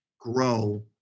grow